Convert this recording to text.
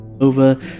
Over